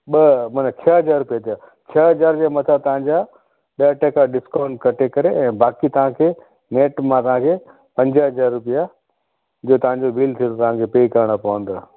ॿ माना छह हज़ार रुपिया थिया छह हज़ार जे मथां तव्हांजा ॾह टका डिस्काउंट कटे करे ऐं बाक़ी तव्हांखे रेट मां तव्हांखे पंज हज़ार रुपिया इहो तव्हांजो बिल थियो तव्हांखे पे करिणा पवंदव